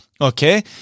okay